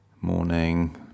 Morning